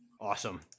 Awesome